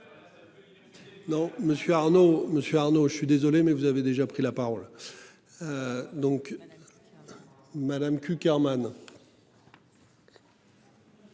monsieur Arnaud. Je suis désolé mais vous avez déjà pris la parole. Donc. Madame Cukierman.